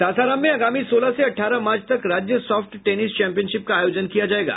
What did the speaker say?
सासाराम में आगामी सोलह से अठारह मार्च तक राज्य सॉफ्ट टेनिस चैपियनशिप का आयोजन किया जायेगा